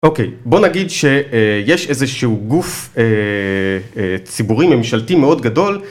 אוקיי, בוא נגיד שיש איזשהו גוף ציבורי ממשלתי מאוד גדול